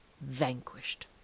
vanquished